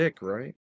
right